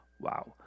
Wow